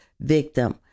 victim